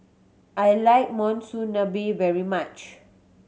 I like Monsunabe very much